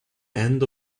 end